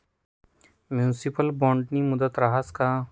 Municipal बॉन्डनी मुदत रहास का?